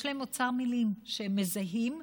יש להם אוצר מילים שהם מזהים,